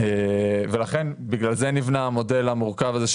ולכן בגלל זה נבנה המודל המורכב הזה,